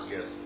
Yes